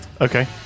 Okay